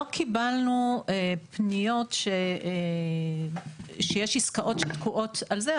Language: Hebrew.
לא קיבלנו פניות שיש עסקאות שתקועות על זה,